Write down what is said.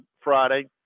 friday